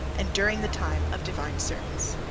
and during the time of divine service.